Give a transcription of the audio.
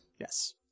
yes